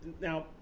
now